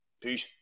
Peace